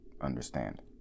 understand